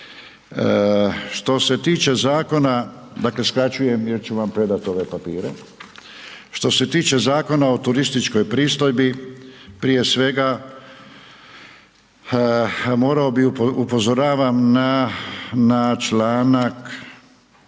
Što se tiče zakona, dakle skraćujem jer ću vam predat ove papire, što se tiče Zakona o turističkoj pristojbi prije svega morao bi, upozoravam na, na